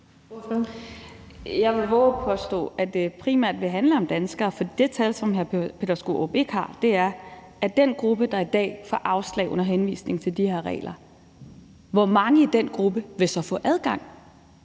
Jeg vil vove at påstå, at det primært handler om danskere. For det tal, som hr. Peter Skaarup ikke har, er, hvor mange ud af den gruppe, der i dag får afslag under henvisning til de her regler, der så vil få adgang